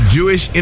Jewish